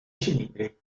cilindri